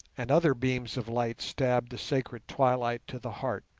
and other beams of light stab the sacred twilight to the heart.